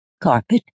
Carpet